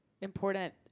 important